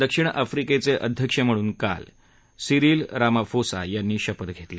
दक्षिण आफ्रिकेचे अध्यक्ष म्हणून काल सिरील रामाफोसा यांन शपथ घेतली